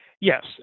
Yes